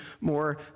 more